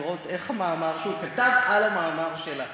לראות איך המאמר שהוא כתב על המאמר שלה.